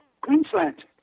Queensland